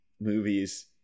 movies